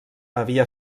havia